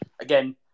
again